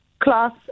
class